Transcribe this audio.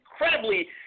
incredibly –